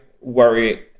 worry